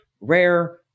rare